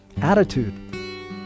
attitude